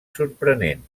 sorprenent